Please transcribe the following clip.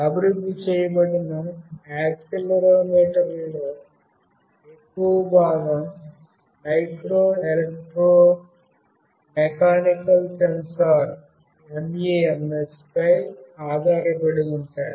అభివృద్ధి చేయబడిన యాక్సిలెరోమీటర్లలో ఎక్కువ భాగం మైక్రో ఎలక్ట్రో మెకానికల్ సెన్సార్స్ పై ఆధారపడి ఉంటాయి